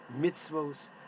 mitzvos